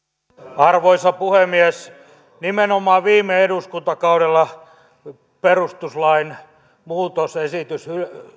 arvoisa puhemies nimenomaan viime eduskuntakaudella perustuslain muutosesitys